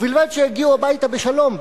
ובלבד שיגיעו הביתה בשלום,